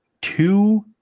Two